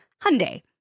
Hyundai